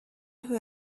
who